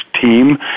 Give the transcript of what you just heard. team